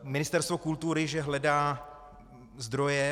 Ministerstvo kultury že hledá zdroje.